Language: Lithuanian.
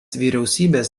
vyriausybės